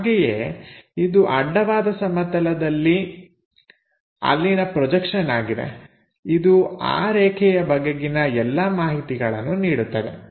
ಹಾಗೆಯೇ ಇದು ಅಡ್ಡವಾದ ಸಮತಲದಲ್ಲಿ ಅಲ್ಲಿನ ಪ್ರೊಜೆಕ್ಷನ್ ಆಗಿದೆ ಇದು ಆ ರೇಖೆಯ ಬಗೆಗಿನ ಎಲ್ಲಾ ಮಾಹಿತಿಗಳನ್ನು ನೀಡುತ್ತದೆ